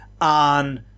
on